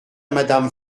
madame